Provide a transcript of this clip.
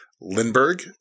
Lindbergh